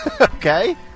Okay